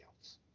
else